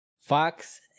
fox